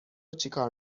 چیکار